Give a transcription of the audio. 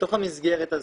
בתוך המסגרת הזאת,